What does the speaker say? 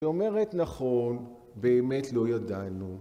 היא אומרת נכון, באמת לא ידענו.